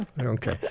Okay